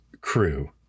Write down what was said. crew